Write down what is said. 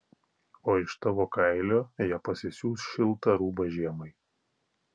o iš tavo kailio jie pasisiūs šiltą rūbą žiemai